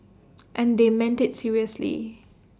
and they meant IT seriously